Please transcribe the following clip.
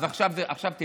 אז סליחה, דקה.